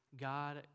God